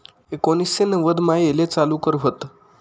एकोनिससे नव्वदमा येले चालू कर व्हत